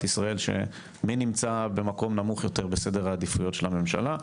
ישראל מי נמצא במקום נמוך יותר בסדר העדיפויות של הממשלה,